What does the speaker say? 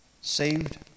Saved